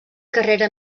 carrera